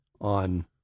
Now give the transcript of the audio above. on